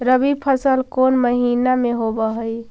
रबी फसल कोन महिना में होब हई?